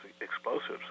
explosives